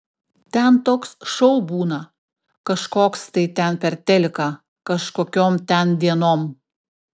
ten toks šou būna kažkoks tai ten per teliką kažkokiom ten dienom